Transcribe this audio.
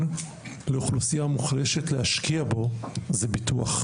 לאוכלוסייה מוחלשת להשקיע בו זה ביטוח.